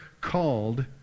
called